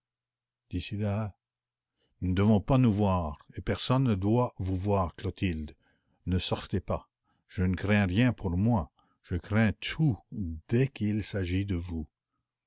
nous ne devons pas nous voir et personne ne doit vous voir clotilde ne sortez pas je ne crains rien pour moi je crains tout dès qu'il s'agit de vous